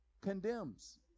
condemns